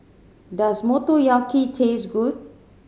does Motoyaki taste good